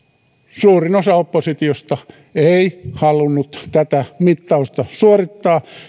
suurin osa oppositiosta ei halunnut tätä mittausta suorittaa